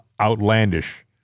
outlandish